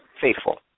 Faithful